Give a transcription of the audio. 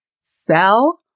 sell